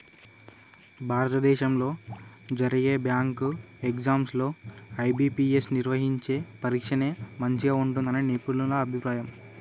భారతదేశంలో జరిగే bank exams లో ఐ.బీ.పీ.ఎస్ నిర్వహించే పరీక్షనే మంచిగా ఉంటుందని నిపుణుల అభిప్రాయం